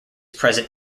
present